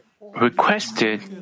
requested